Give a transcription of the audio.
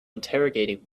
interrogating